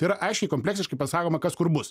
tai yra aiškiai kompleksiškai pasakoma kas kur bus